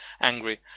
angry